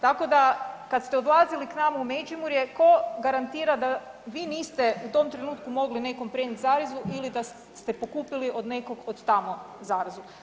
Tako da kad ste odlazili k nama u Međimurje tko garantira da vi niste u tom trenutku mogli nekom prenijeti zarazu ili da ste pokupili od nekog od tamo zarazu?